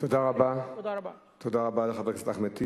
תודה רבה לחבר הכנסת אריה טיבי.